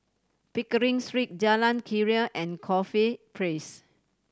Pickering Street Jalan Keria and Corfe Place